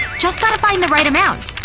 just gotta find the right amount